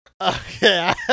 Okay